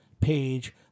page